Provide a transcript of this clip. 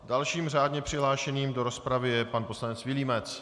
Dalším řádně přihlášeným do rozpravy je pan poslanec Vilímec.